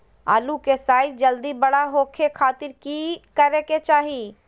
आलू के साइज जल्दी बड़ा होबे खातिर की करे के चाही?